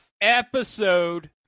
Episode